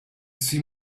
see